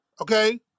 Okay